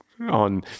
on